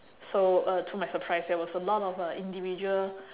so uh to my surprise there was a lot of uh individual